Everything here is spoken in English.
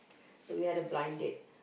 so we had a blind date